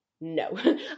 no